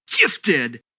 gifted